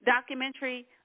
documentary